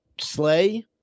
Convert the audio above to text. Slay